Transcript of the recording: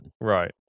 Right